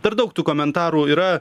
dar daug tų komentarų yra